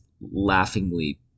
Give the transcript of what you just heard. laughingly